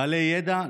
בעלי ידע,